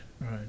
Right